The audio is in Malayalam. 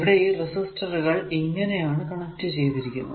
ഇവിടെ ഈ റെസിസ്റ്ററുകൾ ഇങ്ങനെ ആണ് കണക്ട് ചെയ്തിരിക്കുന്നത്